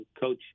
coach